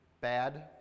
Bad